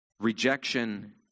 Rejection